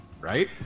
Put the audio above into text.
Right